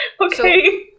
Okay